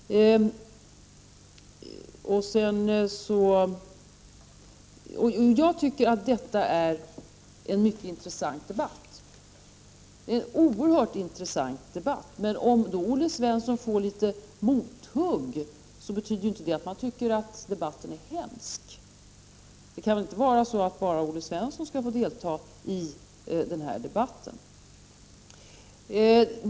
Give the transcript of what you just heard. Jag tycker att detta är en oerhört intressant debatt. Men om Olle Svensson får litet mothugg, betyder ju inte det att debatten är hemsk. Det kan väl inte vara så att bara Olle Svensson skall få delta i den här debatten.